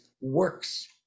works